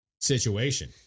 situation